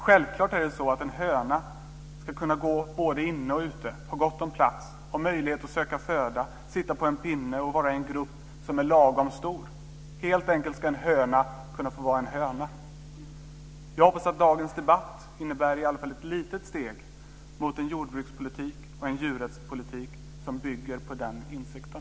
Självklart ska en höna kunna gå både inne och ute, ha gott om plats, ha möjlighet att söka föda, sitta på en pinne och vara i en grupp som är lagom stor. En höna ska helt enkelt kunna få vara en höna. Jag hoppas att dagens debatt i alla fall innebär ett litet steg mot en jordbrukspolitik och en djurrättspolitik som bygger på den insikten.